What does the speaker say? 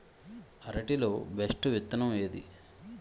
అరటి లో బెస్టు విత్తనం ఏది?